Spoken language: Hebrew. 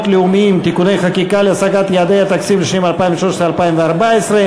לאומיים (תיקוני חקיקה להשגת יעדי התקציב לשנים 2013 ו-2014),